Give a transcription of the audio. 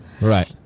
Right